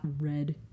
red